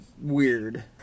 Weird